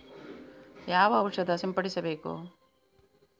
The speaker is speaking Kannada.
ಯಾವ ಔಷಧ ಸಿಂಪಡಿಸಬೇಕು?